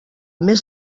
més